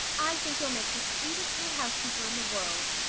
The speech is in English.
i think you'll make the sweetest little housekeeper in the world.